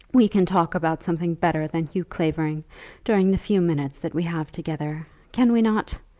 we can talk about something better than hugh clavering during the few minutes that we have together can we not?